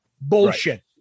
Bullshit